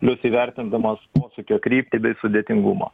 plius įvertindamas posūkio kryptį bei sudėtingumą